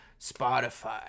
spotify